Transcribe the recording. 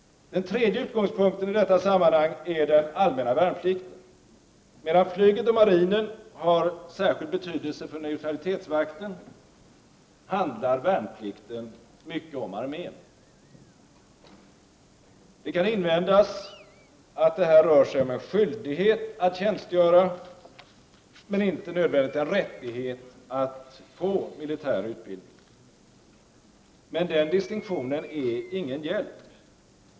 Den tredje utgångspunkten i detta sammanhang är den allmänna värnplikten. Medan flyget och marinen har särskild betydelse för neutralitetsvakten, handlar värnplikten mycket om armén. Det kan invändas att det här rör sig om en skyldighet att tjänstgöra, men inte nödvändigtvis en rättighet att få militär utbildning. Men den distinktionen är ingen hjälp.